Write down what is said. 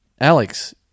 Alex